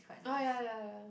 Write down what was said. orh ya ya ya ya